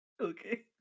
okay